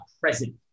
present